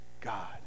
God